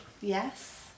Yes